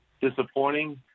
disappointing